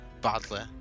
badly